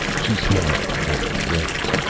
she smiled at him and rose,